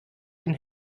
den